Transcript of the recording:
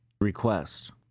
request